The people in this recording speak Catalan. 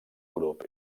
grup